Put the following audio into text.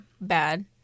bad